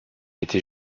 était